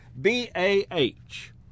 B-A-H